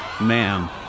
Ma'am